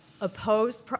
opposed